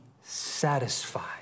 satisfied